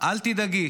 אל תדאגי,